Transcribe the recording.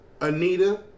Anita